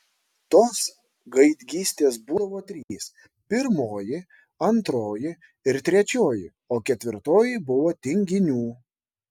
tos gaidgystės būdavo trys pirmoji antroji ir trečioji o ketvirtoji buvo tinginių